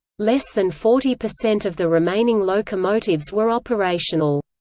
less than forty percent of the remaining locomotives were operational.